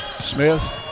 Smith